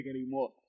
anymore